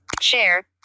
share